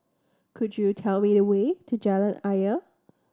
could you tell me the way to Jalan Ayer